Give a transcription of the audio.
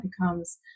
becomes